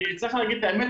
צריך להגיד את האמת,